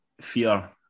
fear